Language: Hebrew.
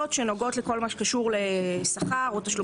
שנוגעות לכל מה שקשור לשכר או לתשלומים.